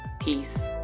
Peace